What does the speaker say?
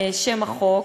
שם החוק,